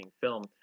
film